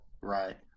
right